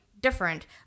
different